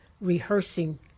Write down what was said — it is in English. rehearsing